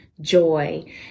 joy